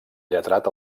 lletrat